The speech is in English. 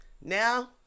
Now